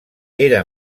era